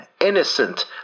innocent